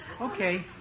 Okay